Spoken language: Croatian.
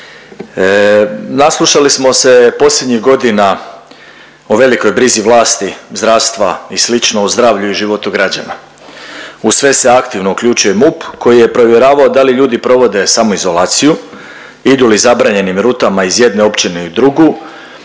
Naslušali smo se posljednjih godina o velikoj brizi vlasti zdravstva i slično o zdravlju i životu građana. U sve se aktivno uključuje i MUP koji je provjeravao da li ljudi provode samoizolaciju, idu li zabranjenim rutama iz jedne općine u drugu,